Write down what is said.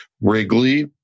Wrigley